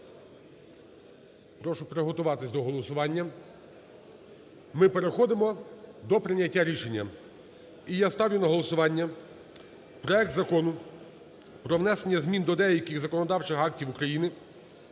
Прошу приготуватись до голосування. Ми переходимо до прийняття рішення. І я ставлю на голосування проект Закону про внесення змін до деяких законодавчих актів України